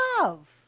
love